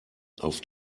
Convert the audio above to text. auf